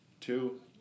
two